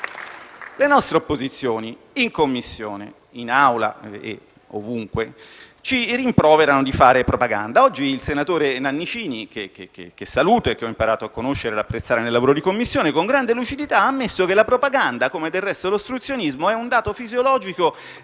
Le nostre opposizioni in Commissione, in Assemblea e ovunque ci rimproverano di fare propaganda. Oggi il senatore Nannicini, che saluto e che ho imparato a conoscere e apprezzare nel lavoro di Commissione, con grande lucidità ha ammesso che la propaganda, come del resto l'ostruzionismo, è un dato fisiologico